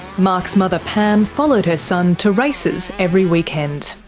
mark's mother pam followed her son to races every weekend.